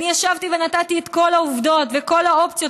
אני ישבתי ונתתי את כל העובדות וכל האופציות,